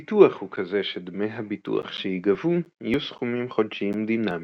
הביטוח הוא כזה שדמי הביטוח שיגבו יהיו סכומים חודשיים דינמיים,